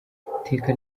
iteka